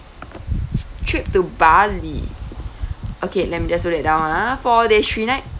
trip to bali okay let me just note that down ah four days three night